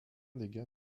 dégât